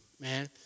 man